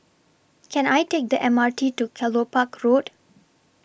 Can I Take The M R T to Kelopak Road